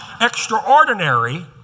extraordinary